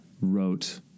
wrote